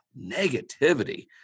negativity